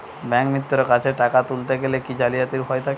ব্যাঙ্কিমিত্র কাছে টাকা তুলতে গেলে কি জালিয়াতির ভয় থাকে?